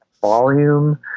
volume